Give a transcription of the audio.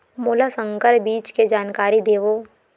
मोला संकर बीज के जानकारी देवो?